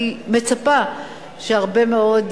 אני מצפה שהרבה מאוד,